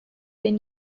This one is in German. denn